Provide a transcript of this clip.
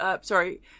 Sorry